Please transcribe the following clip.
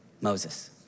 Moses